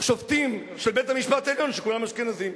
שופטים של בית-המשפט העליון, שכולם אשכנזים.